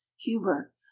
Huber